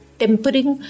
tempering